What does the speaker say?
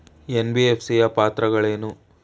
NBFC ಯ ಪಾತ್ರಗಳೇನು?